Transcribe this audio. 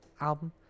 album